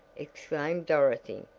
exclaimed dorothy,